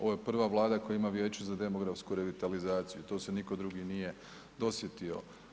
Ovo je prva Vlada koja ima Vijeće za demografsku revitalizaciju i to se nitko drugi nije dosjetio.